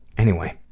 anyway,